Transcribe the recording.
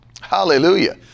Hallelujah